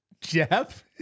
Jeff